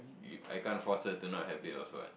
you I can't force her to not have it also what